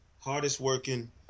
hardest-working